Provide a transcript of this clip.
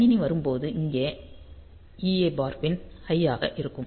கணினி வரும்போது இந்த EA பார் பின் ஹைய் ஆக இருக்கும்